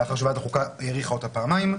לאחר שוועדת החוקה האריכה אותה פעמיים,